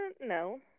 no